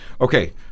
Okay